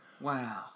Wow